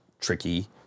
tricky